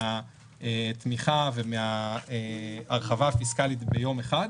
ומהתמיכה ומההרחבה הפיסקלית ביום אחד,